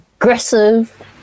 aggressive